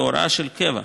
להוראה של קבע,